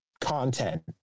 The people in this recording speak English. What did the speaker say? content